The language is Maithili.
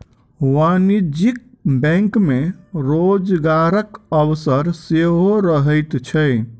वाणिज्यिक बैंक मे रोजगारक अवसर सेहो रहैत छै